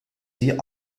sie